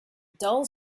dull